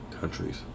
countries